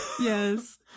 yes